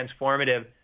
transformative